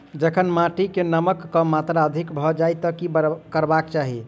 जखन माटि मे नमक कऽ मात्रा अधिक भऽ जाय तऽ की करबाक चाहि?